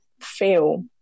feel